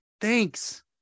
Thanks